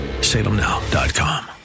salemnow.com